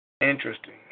Interesting